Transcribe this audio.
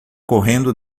correndo